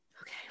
Okay